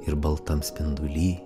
ir baltam spinduly